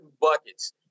buckets